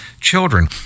children